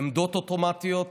עמדות אוטומטיות.